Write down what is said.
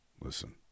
listen